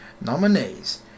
nominees